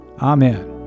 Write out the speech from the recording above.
Amen